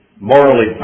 morally